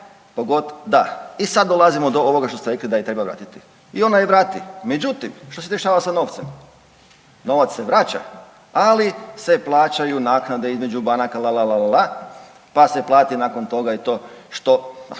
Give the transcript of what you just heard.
razumije/…da. I sad dolazimo do ovoga što ste rekli da je treba vratiti. I ona je vrati. Međutim, što se dešava sa novcem? Novac se vraća, ali se plaćaju naknade između banaka la, la, la, la, pa se plati nakon toga i to što,